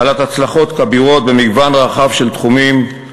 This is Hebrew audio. בעלת הצלחות כבירות במגוון רחב של תחומים,